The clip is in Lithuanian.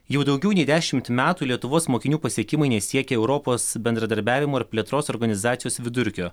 jau daugiau nei dešimt metų lietuvos mokinių pasiekimai nesiekia europos bendradarbiavimo ir plėtros organizacijos vidurkio